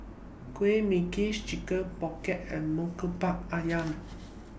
Kueh Manggis Chicken Pocket and Murtabak Ayam